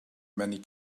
many